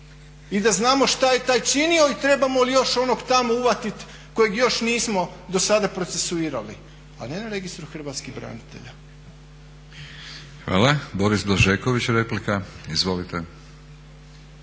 I da znamo šta je taj činio i trebamo li još onog tamo uhvatiti kojeg još nismo do sada procesuirali. A ne na registru hrvatskih branitelja. **Batinić, Milorad (HNS)** Hvala. Boris Blažeković replika. Izvolite.